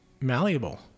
malleable